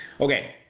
Okay